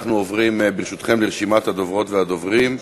אנחנו עוברים, ברשותכם, לרשימת הדוברות והדוברים.